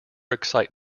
excite